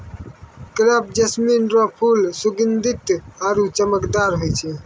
crepe jasmine रो फूल सुगंधीत आरु चमकदार होय छै